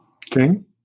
King